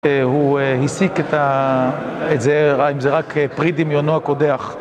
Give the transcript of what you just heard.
הוא הסיק את זה, אם זה רק פרי דמיונו הקודח